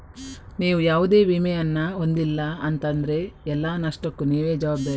ನೀವು ಯಾವುದೇ ವಿಮೆಯನ್ನ ಹೊಂದಿಲ್ಲ ಅಂತ ಆದ್ರೆ ಎಲ್ಲ ನಷ್ಟಕ್ಕೂ ನೀವೇ ಜವಾಬ್ದಾರಿ